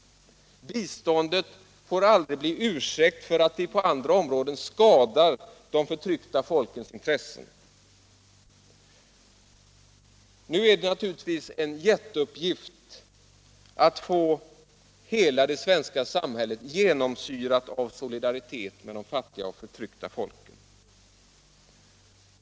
Biståndet får aldrig bli en ursäkt för att vi på andra områden skadar de förtryckta folkens intressen. Nu är det naturligtvis en jätteuppgift att få hela det svenska samhället genomsyrat av solidaritet med de fattiga och förtryckta folken.